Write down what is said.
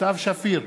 סתיו שפיר,